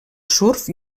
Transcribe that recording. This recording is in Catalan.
surf